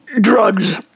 Drugs